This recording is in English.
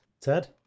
Ted